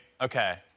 Okay